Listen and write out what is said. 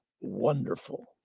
wonderful